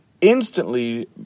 instantly